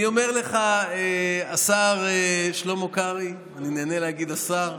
אני אומר לך, השר שלמה קרעי, אני נהנה להגיד "השר"